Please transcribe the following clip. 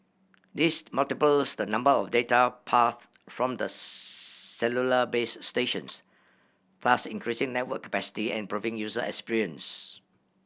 this multiplies the number of data paths from the cellular base stations thus increasing network capacity and proving user experience